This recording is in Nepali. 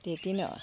त्यत्ति नै हो